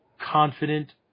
confident